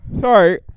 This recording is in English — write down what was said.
sorry